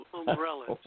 umbrellas